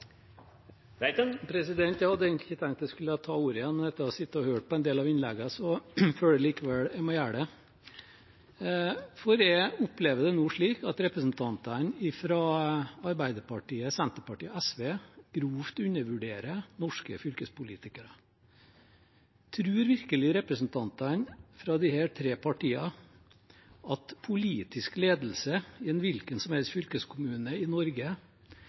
Jeg hadde egentlig ikke tenkt jeg skulle ta ordet igjen, men etter å ha sittet og hørt på en del av innleggene føler jeg likevel at jeg må gjøre det. Jeg opplever det nå slik at representantene fra Arbeiderpartiet, Senterpartiet og SV grovt undervurderer norske fylkespolitikere. Tror virkelig representantene fra disse tre partiene at politisk ledelse i en hvilken som helst fylkeskommune i Norge